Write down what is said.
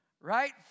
Right